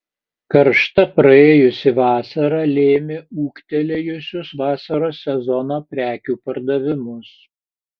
karšta praėjusi vasara lėmė ūgtelėjusius vasaros sezono prekių pardavimus